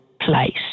place